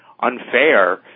unfair